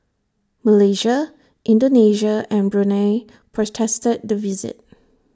Malaysia Indonesia and Brunei protested the visit